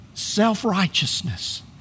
self-righteousness